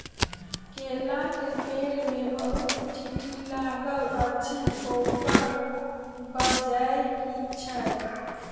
केला केँ पेड़ मे बहुत चींटी लागल अछि, ओकर बजय की छै?